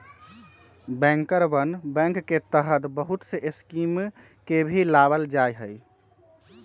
बैंकरवन बैंक के तहत बहुत से स्कीम के भी लावल जाहई